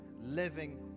living